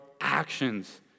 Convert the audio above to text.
actions